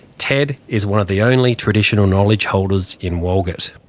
ted is one of the only traditional knowledge holders in walgett.